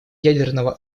ядерного